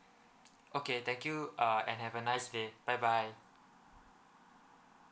okay thank you uh and have a nice day bye bye